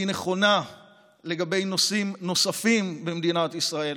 והיא נכונה לגבי נושאים נוספים במדינת ישראל,